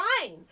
fine